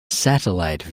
satellite